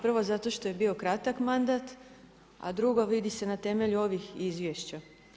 Prvo, zato što je bio kratak mandat, a drugo, vidi se na temelju ovih izvješća.